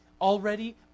Already